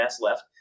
left